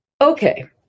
okay